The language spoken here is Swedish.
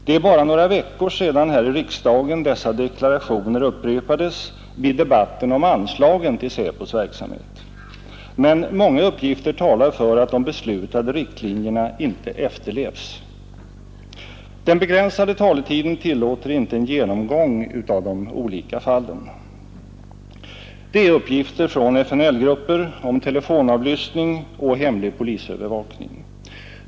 Det är bara några veckor sedan dessa deklarationer här i riksdagen upprepades i debatten om anslagen till SÄPO:s verksamhet. Men många uppgifter talar för att de beslutade riktlinjerna inte efterlevs. Den begränsade taletiden tillåter inte en genomgång av de olika fallen. Det är uppgifter från FNL-grupper om telefonavlyssning och hemlig polisövervakning.